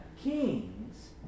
kings